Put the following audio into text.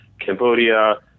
Cambodia